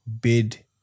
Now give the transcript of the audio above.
bid